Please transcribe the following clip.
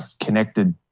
connected